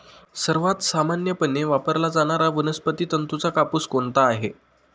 सर्वात सामान्यपणे वापरला जाणारा वनस्पती तंतूचा कापूस कोणता आहे?